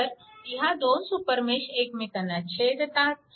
तर ह्या दोन सुपरमेश एकमेकांना छेदतात